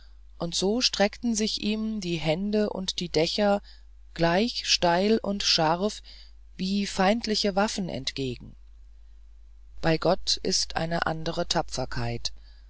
und so streckten sich ihm die hände und die dächer gleich steil und scharf wie feindliche waffen entgegen bei gott ist eine andere tapferkeit